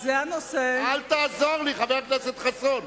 אל תעזור לי, חבר הכנסת חסון.